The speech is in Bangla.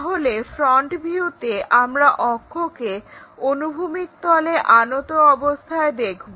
তাহলে ফ্রন্ট ভিউতে আমরা অক্ষটিকে অনুভূমিক তলে আনত অবস্থায় দেখব